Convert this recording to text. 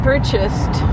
purchased